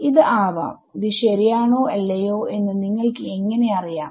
ഇത് ആവാം ഇത് ശരിയാണോ അല്ലയോ എന്ന് നിങ്ങൾക്ക് എങ്ങനെ അറിയാം